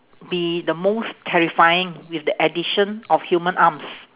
be the most terrifying with the addition of human arms